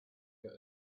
your